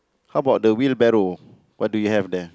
how about the wheelbaroow what do you have there